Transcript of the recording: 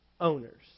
owners